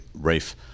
reef